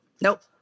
Nope